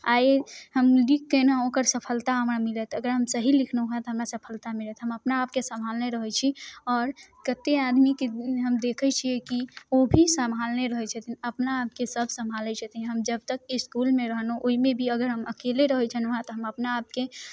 आइ हम लिखिकऽ एनौ ओकर सफलता हमरा मिलत अगर हम सही लिखनौहँ तऽ हमरा सफलता मिलत हम अपना आपके सम्हालने रहै छी आओर कते आदमीके हम देखै छियै कि ओ भी सम्हालने रहै छथिन अपना आपके सभ सम्हालै छथिन हम जब तक इसकूलमे रहनौ ओइमे भी अगर हम अकेले रहै छनौहँ तऽ हम अपना आपके